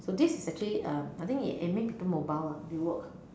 so this is actually um I think it it make people mobile lah they walk